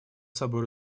собой